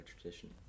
tradition